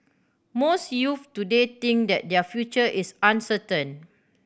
most youths today think that their future is uncertain